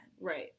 Right